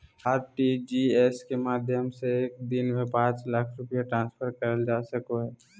RTGS के माध्यम से एक दिन में पांच लाख रुपया ट्रांसफर करल जा सको हय